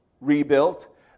rebuilt